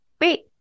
wait